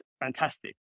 fantastic